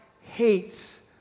hates